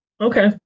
Okay